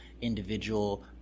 individual